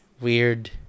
weird